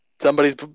somebody's